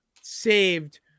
saved